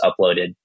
uploaded